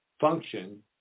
function